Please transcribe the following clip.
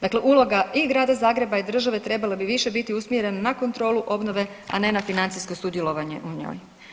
Dakle, uloga i Grada Zagreba i države treba bi više biti usmjerena na kontrolu obnove, a ne na financijsko sudjelovanje u njoj.